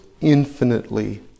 infinitely